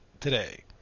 today